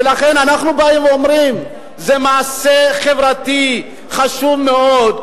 ולכן אנחנו באים ואומרים: זה מעשה חברתי חשוב מאוד.